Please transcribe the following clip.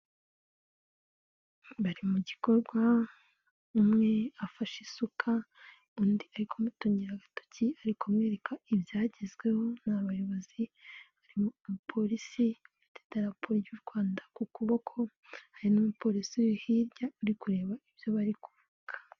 Bari mu gikorwa, umwe afashe isuka, undi ari kumutungira agatoki ari kumwereka ibyagezweho, n'abayobozi, hari umupolisi afite idaraporo y'u Rwanda ku kuboko, hari n'umupolisi hirya uri kureba ibyo bari kuvuga.